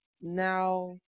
Now